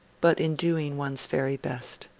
but in doing one's very best.